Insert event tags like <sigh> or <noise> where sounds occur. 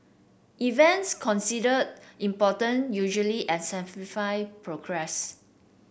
events considered important usually <unintelligible> progress